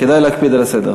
כדאי להקפיד על הסדר.